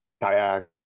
kayak